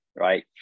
right